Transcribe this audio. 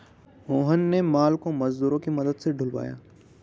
मोहन ने माल को मजदूरों के मदद से ढूलवाया